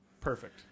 Perfect